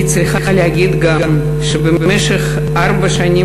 אני צריכה להגיד גם שבמשך ארבע השנים